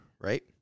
right